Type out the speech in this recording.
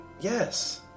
Yes